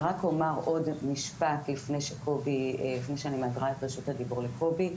אני רק אומר עוד משפט לפני שאני מעבירה את רשות הדיבור לקובי,